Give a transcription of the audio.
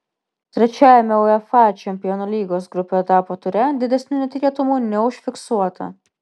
trečiajame uefa čempionų lygos grupių etapo ture didesnių netikėtumų neužfiksuota